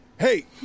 hey